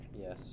Yes